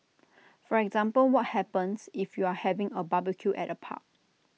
for example what happens if you're having A barbecue at A park